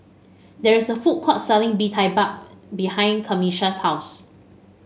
there is a food court selling Bee Tai Mak behind Camisha's house